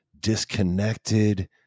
disconnected